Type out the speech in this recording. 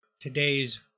Today's